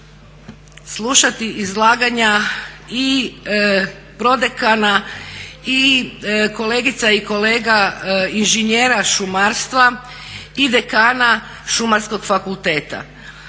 slušati izlaganja i prodekana i kolegica i kolega inženjera šumarstva i dekana Šumarskog fakulteta.